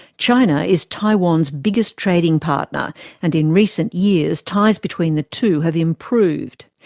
china is taiwan's biggest trading partner and in recent years ties between the two have improved.